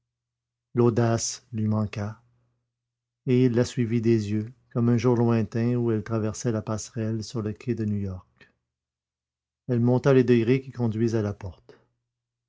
l'audace lui manqua et il la suivit des yeux comme au jour lointain où elle traversait la passerelle sur le quai de new-york elle monta les degrés qui conduisent à la porte